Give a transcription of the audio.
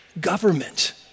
government